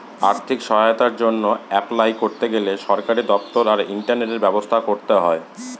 আর্থিক সহায়তার জন্য অ্যাপলাই করতে গেলে সরকারি দপ্তর আর ইন্টারনেটের ব্যবস্থা করতে হয়